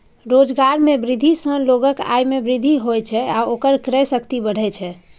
रोजगार मे वृद्धि सं लोगक आय मे वृद्धि होइ छै आ ओकर क्रय शक्ति बढ़ै छै